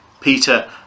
peter